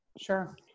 Sure